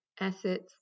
assets